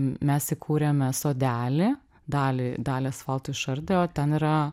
mes įkūrėme sodelį dalį dalį asfalto išardė o ten yra